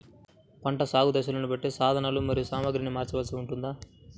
పంటల సాగు దశలను బట్టి సాధనలు మరియు సామాగ్రిని మార్చవలసి ఉంటుందా?